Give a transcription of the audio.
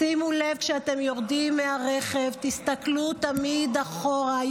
שימו לב כשאתם יורדים מהרכב, תסתכלו תמיד אחורה.